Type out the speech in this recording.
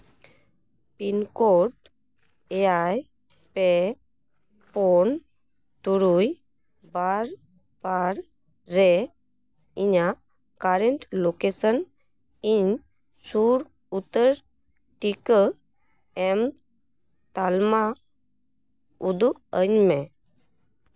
pin code ᱮᱭᱟᱭ ᱯᱮ ᱯᱩᱱ ᱛᱩᱨᱩᱭ ᱵᱟᱨ ᱵᱟᱨ ᱨᱮ ᱤᱧᱟᱹᱜ ᱠᱟᱨᱮᱱᱴ ᱞᱳᱠᱮᱥᱮᱱ ᱤᱧ ᱥᱩᱨ ᱩᱛᱟᱹᱨ ᱴᱤᱠᱟᱹ ᱮᱢ ᱛᱟᱞᱢᱟ ᱩᱫᱩᱜ ᱟᱹᱧ ᱢᱮ